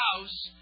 house